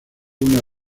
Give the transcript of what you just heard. una